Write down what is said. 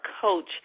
coach